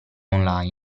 online